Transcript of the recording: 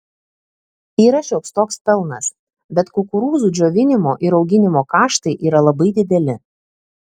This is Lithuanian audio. yra šioks toks pelnas bet kukurūzų džiovinimo ir auginimo kaštai yra labai dideli